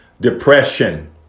depression